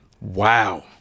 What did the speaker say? wow